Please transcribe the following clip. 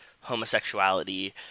homosexuality